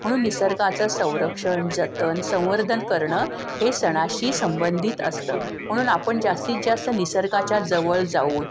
म्हणून निसर्गाचं संरक्षण जतन संवर्धन करणं हे सणाशी संबंधित असतं म्हणून आपण जास्तीत जास्त निसर्गाच्या जवळ जाऊन